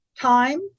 time